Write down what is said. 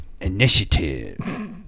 Initiative